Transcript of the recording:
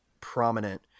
prominent